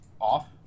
off